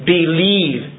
believe